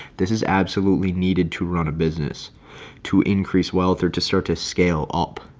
this is absolutely needed to run a business to increase wealth or to start to scale up,